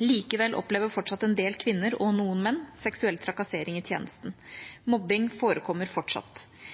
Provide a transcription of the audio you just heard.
Likevel opplever fortsatt en del kvinner og noen menn seksuell trakassering i tjenesten. Mobbing forekommer fortsatt.